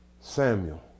Samuel